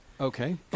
Okay